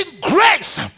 grace